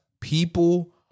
people